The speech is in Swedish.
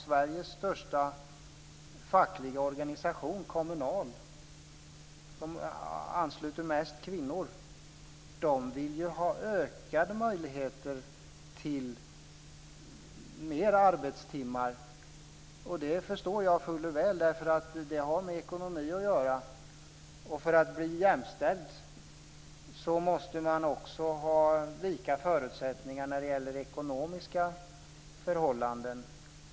Sveriges största fackliga organisation, Kommunal, som ansluter mest kvinnor, vill ha ökade möjligheter till fler arbetstimmar. Det förstår jag fuller väl, för det har med ekonomi att göra. För att bli jämställd måste man också ha lika förutsättningar när det gäller ekonomiska förhållanden.